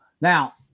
Now